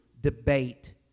debate